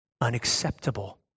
unacceptable